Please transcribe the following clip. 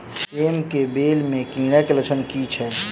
सेम कऽ बेल म कीड़ा केँ लक्षण की छै?